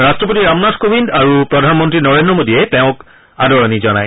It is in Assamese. ৰাট্ৰপতি ৰামনাথ কোৱিন্দ আৰু প্ৰধানমন্ত্ৰী নৰেন্দ্ৰ মোডীয়ে তেওঁক আদৰণি জনায়